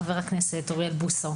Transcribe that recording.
חבר הכנסת אוריאל בוסו,